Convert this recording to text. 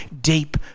deep